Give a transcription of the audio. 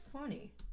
funny